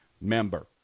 member